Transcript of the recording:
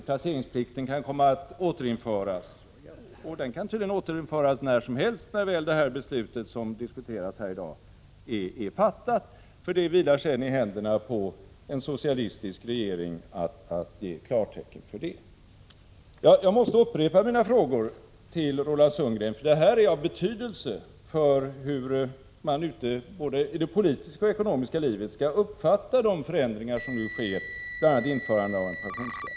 Jc omg placeringsplikten kan komma att återinföras. Den kan tydligen återinföras när som helst, när väl detta beslut som diskuteras här i dag är fattat — för det vilar sedan i händerna på en socialistisk regering att ge klartecken för det. Jag måste upprepa mina frågor till Roland Sundgren, för detta är av betydelse för hur man i både det politiska och det ekonomiska livet skall uppfatta de förändringar som nu sker, bl.a. införandet av en pensionsskatt.